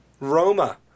Roma